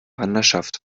wanderschaft